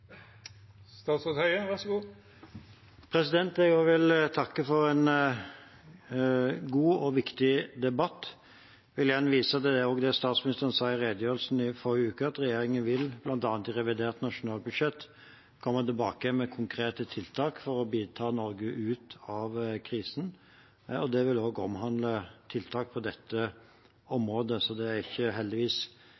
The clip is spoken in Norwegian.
Jeg vil igjen vise til det statsministeren sa i redegjørelsen i forrige uke, at regjeringen vil, bl.a. i revidert nasjonalbudsjett, komme tilbake med konkrete tiltak for å ta Norge ut av krisen. Det vil også omhandle tiltak på dette området, så det er heldigvis ikke siste gangen vi diskuterer dette i Stortinget. Jeg tror det er viktig at vi får ha gode diskusjoner om